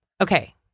okay